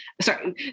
sorry